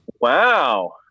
Wow